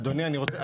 אדוני, אני רוצה.